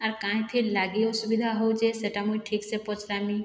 ଆର୍ କାଁଏଥିର ଲାଗି ଅସୁବିଧା ହେଉଛେ ସେଟା ମୁଇଁ ଠିକ୍ସେ ପଚରାମି